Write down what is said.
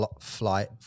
flight